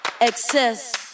Excess